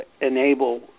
enable